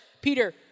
Peter